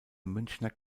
münchner